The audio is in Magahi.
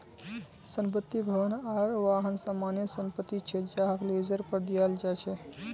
संपत्ति, भवन आर वाहन सामान्य संपत्ति छे जहाक लीजेर पर दियाल जा छे